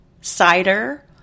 cider